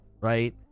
right